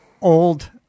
old